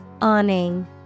Awning